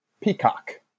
peacock